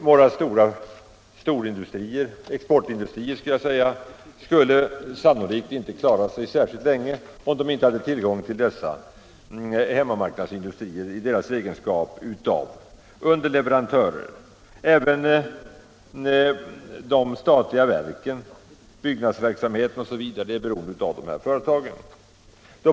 Våra stora exportindustrier skulle sannolikt inte klara sig länge om de inte hade tillgång till dessa hemmamarknadsindustrier såsom underleverantörer. Även de statliga verken, byggnadsverksamheten osv., är beroende av dessa företag.